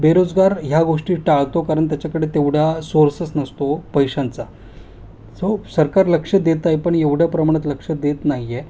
बेरोजगार ह्या गोष्टी टाळतो कारण त्याच्याकडे तेवढा सोर्सच नसतो पैशांचा सो सरकार लक्ष देतं आहे पण एवढ्या प्रमाणात लक्ष देत नाही आहे